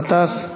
חבר הכנסת באסל